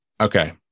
okay